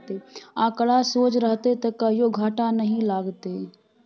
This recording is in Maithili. आंकड़ा सोझ रहतौ त कहियो घाटा नहि लागतौ